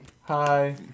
Hi